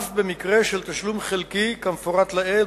אף במקרה של תשלום חלקי כמפורט לעיל,